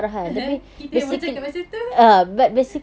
kita memang cakap macam tu